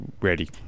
ready